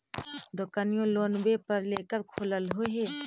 दोकनिओ लोनवे पर लेकर खोललहो हे?